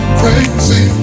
crazy